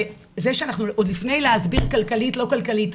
עוד לפני להסביר כלכלית או לא כלכלית,